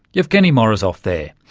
evgeny morozov there.